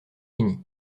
fini